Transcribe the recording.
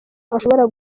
ushobora